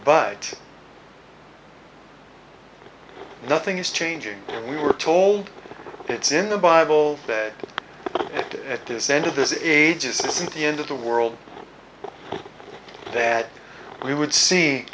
but nothing is changing and we were told it's in the bible bed at this end of this age isn't the end of the world that we would see